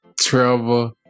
Trevor